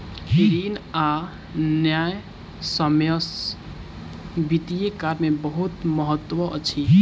ऋण आ न्यायसम्यक वित्तीय कार्य में बहुत महत्त्व अछि